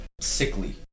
sickly